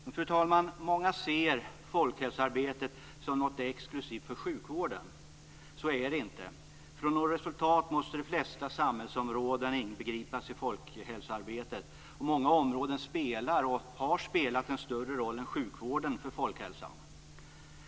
Fru talman! Många ser folkhälsoarbetet som något exklusivt för sjukvården. Så är det inte. För att det skall nå resultat måste de flesta samhällsområden inbegripas i folkhälsoarbetet, och många områden spelar och har spelat en större roll än sjukvården för folkhälsan.